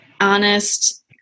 honest